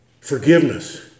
Forgiveness